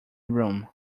room